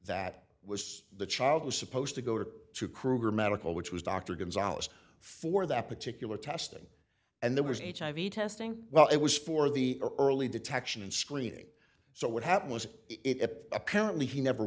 that was the child was supposed to go to to kruger medical which was dr gonzales for that particular testing and there was the testing well it was for the early detection and screening so what happened was it apparently he never